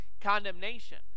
condemnation